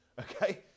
okay